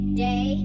day